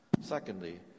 Secondly